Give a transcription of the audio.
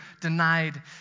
denied